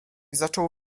zaczął